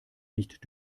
nicht